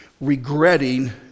regretting